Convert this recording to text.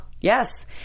Yes